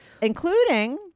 including